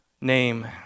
name